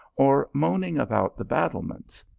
or moaning about the battlements,